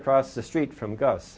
across the street from gus